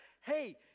Hey